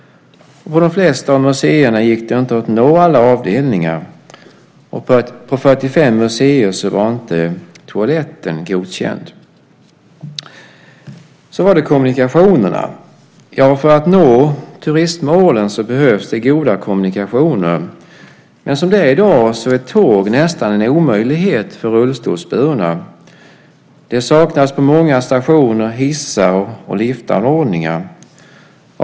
På de flesta av museerna gick det inte att nå alla avdelningar. På 45 museer var inte toaletten godkänd. Så var det frågan om kommunikationerna. För att nå turistmålen behövs det goda kommunikationer. Men som det är i dag är tåg nästan en omöjlighet för rullstolsburna. Det saknas på många stationer hissar och liftanordningar.